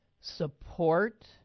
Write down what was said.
support